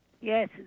Yes